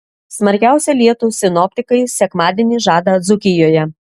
smarkiausią lietų sinoptikai sekmadienį žada dzūkijoje